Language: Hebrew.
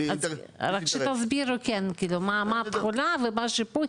רק שתזכירו מה הפעולה ומה השיפוט,